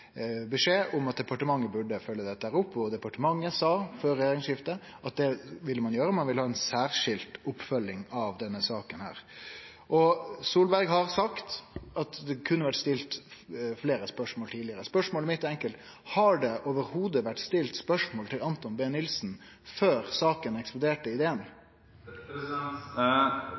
beskjed om at departementet burde følgje dette opp, og departementet sa før regjeringsskiftet at det ville ein gjere – ein ville ha ei særskilt oppfølging av denne saka. Og Erna Solberg har sagt at det kunne ha vore stilt fleire spørsmål tidlegare. Spørsmålet mitt er enkelt: Har det i det heile vore stilt spørsmål til Anthon B Nilsen før saka